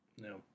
No